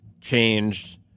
changed